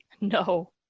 no